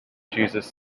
jesus